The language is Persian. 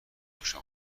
خوشم